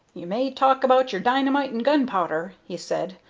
you may talk about your dynamite and gunpowder, he said,